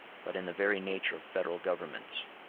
but in the very nature of federal governments.